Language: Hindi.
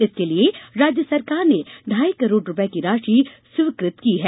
इसके लिये राज्य सरकार ने ढाई करोड़ रूपये की राशि स्वीकृत की है